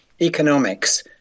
economics